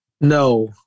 No